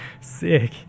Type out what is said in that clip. Sick